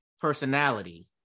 personality